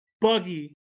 buggy